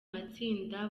matsinda